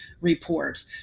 report